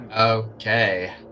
Okay